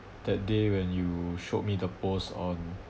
that day when you showed me the post on